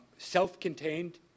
Self-contained